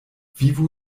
vivu